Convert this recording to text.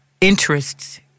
interests